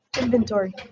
inventory